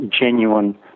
genuine